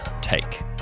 take